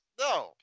No